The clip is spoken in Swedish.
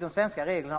de svenska reglerna.